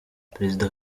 perezida